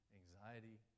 anxiety